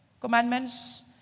commandments